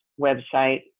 website